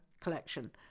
Collection